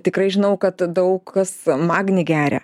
tikrai žinau kad daug kas magnį geria